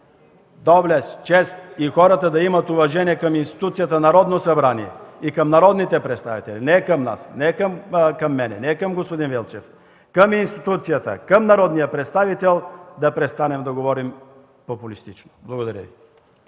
доблест, чест и хората да имат уважение към институцията Народно събрание и към народните представители, не към нас, не към мен, не към господин Велчев, а към институцията, към народния представител, да престанем да говорим популистки! Благодаря Ви.